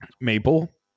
Maple